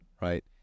right